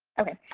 okay.